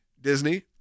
Disney